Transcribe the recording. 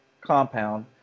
compound